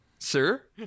Sir